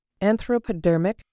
anthropodermic